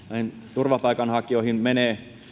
turvapaikanhakijoihin menee